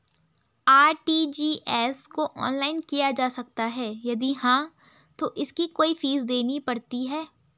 RTGS को online किया जा सकता है यदि हाँ तो इसकी कोई फीस देनी पड़ती है?